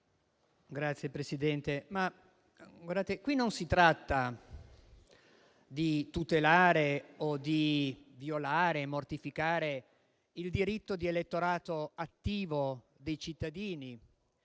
Signora Presidente, non si tratta di tutelare o di violare e mortificare il diritto di elettorato attivo dei cittadini,